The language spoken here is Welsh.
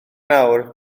nawr